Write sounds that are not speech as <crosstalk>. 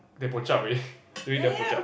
they bo chup already <laughs> really damn bo chup